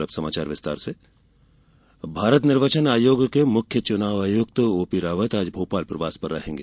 अब समाचार विस्तार से रावत दौरा भारत निर्वाचन आयोग के मुख्य चुनाव आयुक्त ओपी रावत आज भोपाल प्रवास पर रहेंगे